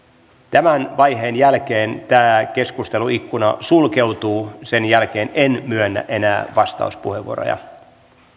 tämän vaiheen jälkeen tämä keskusteluikkuna sulkeutuu sen jälkeen en myönnä enää vastauspuheenvuoroja